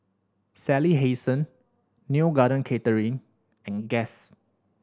Sally Hansen Neo Garden Catering and Guess